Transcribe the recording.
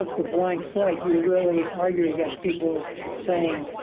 the blank slate, you really argue against people saying,